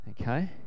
Okay